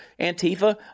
Antifa